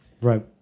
Right